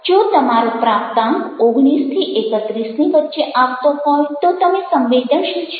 જો તમારો પ્રાપ્તાંક 19 31 ની વચ્ચે આવતો હોય તો તમે સંવેદનશીલ છો